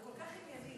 זה כל כך ענייני.